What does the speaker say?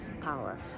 power